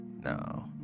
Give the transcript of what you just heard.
No